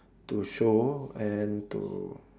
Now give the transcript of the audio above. to show and to